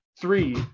three